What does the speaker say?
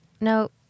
No